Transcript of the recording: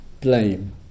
blame